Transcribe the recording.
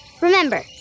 Remember